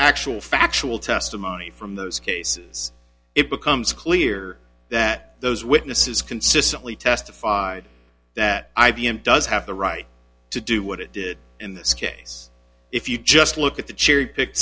actual factual testimony from those cases it becomes clear that those witnesses consistently testified that i b m does have the right to do what it did in this case if you just look at the cherry pick